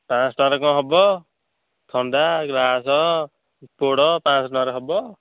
ପାଞ୍ଚଶହ ଟଙ୍କାରେ କ'ଣ ହେବ ଥଣ୍ଡା ଗ୍ଳାସ୍ ପୋଡ଼ ପାଞ୍ଚଶହ ଟଙ୍କାରେ ହେବ